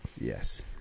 Yes